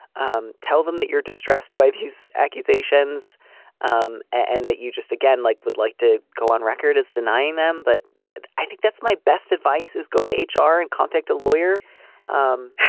um tell them that you're distressed by these accusations um and that you just again like would like to go on record as denying them. but i think that's my best advice is go to h r. and contact a lawyer um